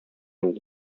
инде